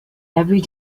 every